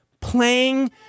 playing